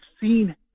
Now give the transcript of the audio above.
seen